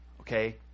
okay